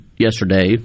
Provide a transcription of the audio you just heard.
yesterday